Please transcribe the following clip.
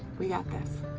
we got this.